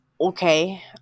Okay